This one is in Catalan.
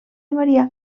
marià